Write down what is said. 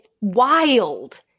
wild